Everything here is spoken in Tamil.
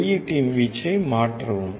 வெளியீட்டின் வீச்சை மாற்றவும்